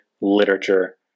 literature